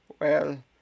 Well